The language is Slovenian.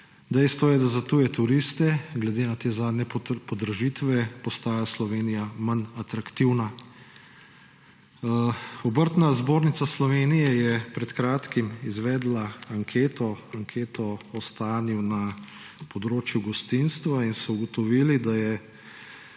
Dejstvo je, da postaja za tuje turiste glede na te zadnje podražitve Slovenija manj atraktivna. Obrtna zbornica Slovenije je pred kratkim izvedla anketo o stanju na področju gostinstva in so ugotovili, da je